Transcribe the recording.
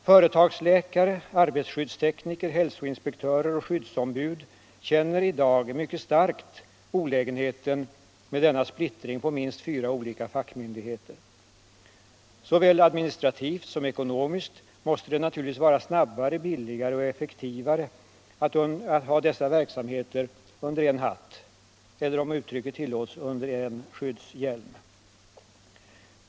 Företagsläkare, arbetsskyddstekniker, hälsoinspektörer och skyddsombud känner i dag mycket starkt olägenheten med denna splittring på minst fyra olika fackmyndigheter. Såväl administrativt som ekonomiskt måste det naturligtvis vara snabbare, billigare och effektivare att ha dessa verksamheter under en hatt eller — om uttrycket tillåts — under en skyddshjälm.